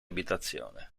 abitazione